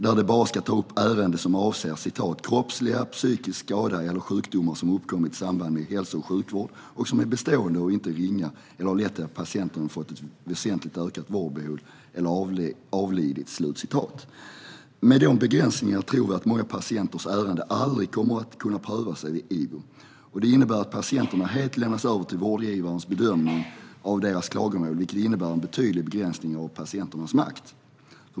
De ska bara ta upp ärenden som avser "kroppslig eller psykisk skada eller sjukdom som uppkommit i samband med hälso och sjukvård och som är bestående och inte ringa eller har lett till att patienten fått ett väsentligt ökat vårdbehov eller avlidit". Med den begränsningen tror vi att många patienters ärenden aldrig kommer att kunna prövas av IVO. Det innebär att patienterna helt lämnas över till vårdgivarens bedömning av deras klagomål, vilket innebär en betydlig begränsning av patienternas makt.